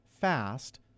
fast